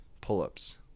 pull-ups